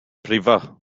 brifo